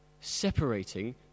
separating